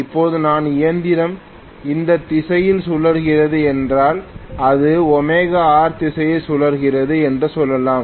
இப்போது என் இயந்திரம் இந்த திசையில் சுழல்கிறது என்றால் அது ωr திசையில் சுழல்கிறது என்று சொல்லலாம்